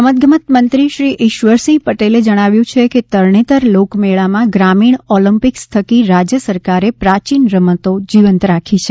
રમતગમત મંત્રી શ્રી ઇશ્વરસિંહ પટેલે જણાવ્યું છે કે તરણેતર લોકમેળામાં ગ્રામીણ ઓલમ્પિક્સ થકી રાજ્ય સરકારે પ્રાચીન રમતો જીવંત રાખી છે